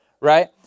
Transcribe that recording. right